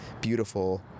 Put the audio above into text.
beautiful